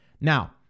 now